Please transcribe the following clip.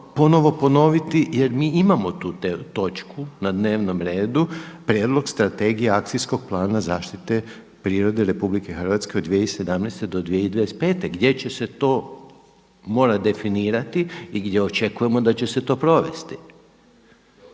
ponovo ponoviti jer mi imamo tu točku na dnevnom redu Prijedlog strategije akcijskog plana zaštite prirode Republike Hrvatske od 2017. do 2025. gdje će se to morati definirati i gdje očekujemo da će se to provesti.